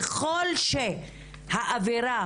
ככל שהעבירה